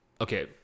okay